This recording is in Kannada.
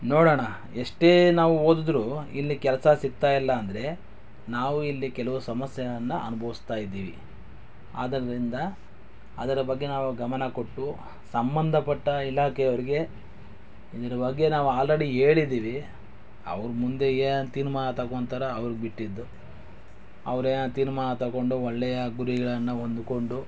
ನೋಡೋಣ ಎಷ್ಟೇ ನಾವು ಓದಿದ್ರು ಇಲ್ಲಿ ಕೆಲಸ ಸಿಗ್ತಾಯಿಲ್ಲ ಅಂದರೆ ನಾವು ಇಲ್ಲಿ ಕೆಲವು ಸಮಸ್ಯೆಯನ್ನು ಅನುಭವಿಸ್ತಾ ಇದ್ದೀವಿ ಆದ್ದರಿಂದ ಅದರ ಬಗ್ಗೆ ನಾವು ಗಮನ ಕೊಟ್ಟು ಸಂಬಂಧಪಟ್ಟ ಇಲಾಖೆ ಅವರಿಗೆ ಇದರ ಬಗ್ಗೆ ನಾವು ಆಲ್ರೆಡಿ ಹೇಳಿದ್ದೀವಿ ಅವರ ಮುಂದೆ ಏನು ತೀರ್ಮಾನ ತಕೊಳ್ತಾರೋ ಅವರಿಗೆ ಬಿಟ್ಟಿದ್ದು ಅವರು ಏನು ತೀರ್ಮಾನ ತಗೊಂಡು ಒಳ್ಳೆಯ ಗುರಿಗಳನ್ನು ಹೊಂದಿಕೊಂಡು